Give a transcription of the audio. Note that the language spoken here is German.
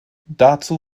dazu